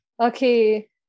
Okay